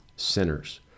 Sinners